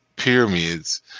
Pyramids